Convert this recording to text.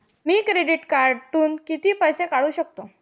मी credit कार्डातून किती पैसे काढू शकतो?